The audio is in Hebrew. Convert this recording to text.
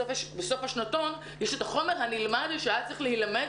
בסוף השנתון יש את החומר הנלמד שהיה צריך להילמד